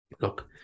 Look